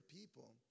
people